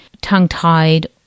tongue-tied